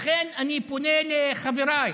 לכן, אני פונה לחבריי